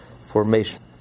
formation